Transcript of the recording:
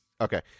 Okay